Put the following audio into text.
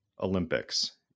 Olympics